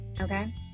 okay